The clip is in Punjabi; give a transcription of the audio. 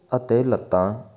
ਅਤੇ ਲੱਤਾਂ